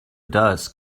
dust